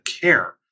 care